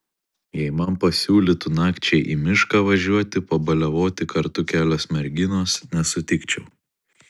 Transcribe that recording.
jei man pasiūlytų nakčiai į mišką važiuoti pabaliavoti kartu kelios merginos nesutikčiau